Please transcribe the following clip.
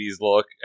look